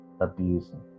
abusing